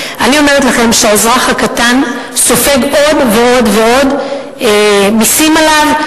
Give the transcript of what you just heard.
אני אומרת לכם שהאזרח הקטן סופג עוד ועוד ועוד מסים עליו,